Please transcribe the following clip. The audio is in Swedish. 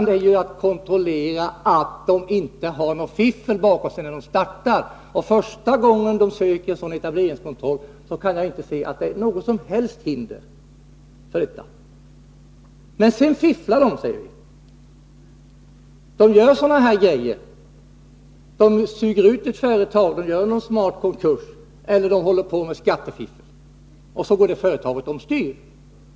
Det gäller att kontrollera att de inte har något fiffel bakom sig när de startar. Första gången de söker tillstånd för etablering kan det, som jag ser det, inte finnas något som helst hinder för en etablering. Vi kan säga att de sedan fifflar och gör sådana saker som att suga ur ett företag, en smart konkurs eller börjar skattefiffla. Deras företag går då omstyr.